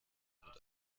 mit